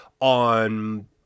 on